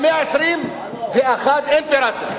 במאה ה-21 אין פיראטים.